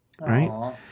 Right